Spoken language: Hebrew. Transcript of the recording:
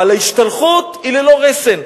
אבל ההשתלחות היא ללא רסן.